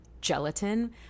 gelatin